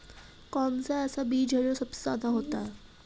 कौन सा ऐसा बीज है जो सबसे ज्यादा होता है?